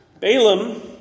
Balaam